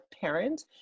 parent